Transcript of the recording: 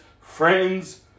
friends